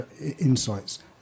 insights